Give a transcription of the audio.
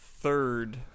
Third